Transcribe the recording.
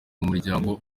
umuryango